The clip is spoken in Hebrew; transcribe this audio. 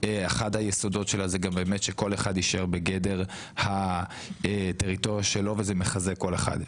אחד היסודות שלה הוא שכל אחד יישאר בגדר הטריטוריה שלו וזה מחזק כל אחד.